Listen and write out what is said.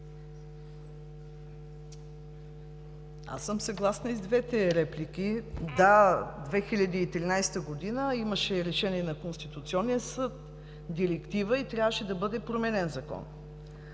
Аз съм съгласна и с двете реплики. Да, 2013 г. имаше решение на Конституционния съд, Директива и трябваше да бъде променен Законът.